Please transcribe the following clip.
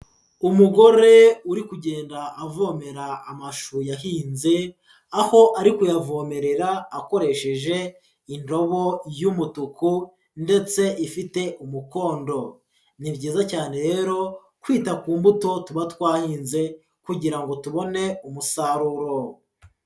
Umugore uri kugenda avomera amashu yahinze, aho ari kuyavomerera akoresheje indobo y'umutuku, ndetse ifite umukondo. Ni byiza cyane rero kwita ku mbuto tuba twahinze kugira ngo tubone umusaruro.